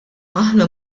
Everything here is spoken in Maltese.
aħna